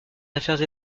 affaires